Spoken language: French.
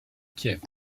kiev